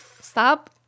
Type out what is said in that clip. stop